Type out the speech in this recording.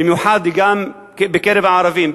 במיוחד גם בקרב הערבים,